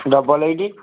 double eight